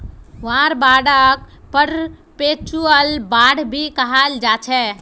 war बांडक perpetual bond भी कहाल जाछे